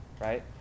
right